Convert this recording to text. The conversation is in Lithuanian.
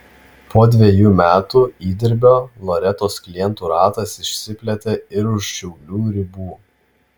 po dvejų metų įdirbio loretos klientų ratas išsiplėtė ir už šiaulių ribų